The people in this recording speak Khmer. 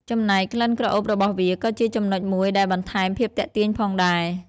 ចំណែក ក្លិនក្រអូបរបស់វាក៏ជាចំណុចមួយដែលបន្ថែមភាពទាក់ទាញផងដែរ។